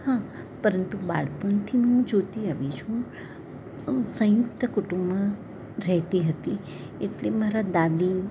હા પરંતુ બાળપણથી હું જોતી આવી છું સંયુકત કુટુંબમાં રહેતી હતી એટલે મારાં દાદી